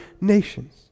nations